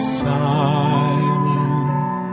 silent